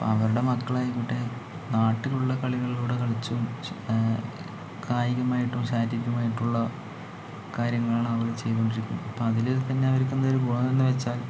അവരുടെ മക്കളായിക്കോട്ടെ നാട്ടിലുള്ള കളികളിലൂടെ കളിച്ചും കായികമായിട്ടും ശാരീരികമായിട്ടുമുള്ള കാര്യങ്ങളാണ് അവർ ചെയ്തുകൊണ്ടിരിക്കുന്നത് അപ്പോൾ അതിൽ തന്നെ അവർക്ക് എന്തെങ്കിലും ഗുണമെന്ന് വച്ചാൽ